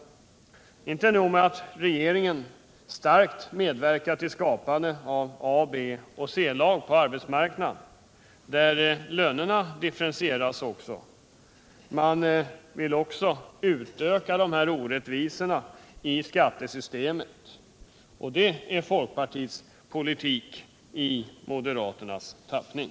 Det är inte nog med att regeringen kraftigt medverkar till skapandet av A-, B och C-lag på arbetsmarknaden genom att lönerna differentieras, man vill också utöka orättvisorna i skattesystemet. Detta är folkpartipolitik i moderaternas tappning!